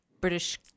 British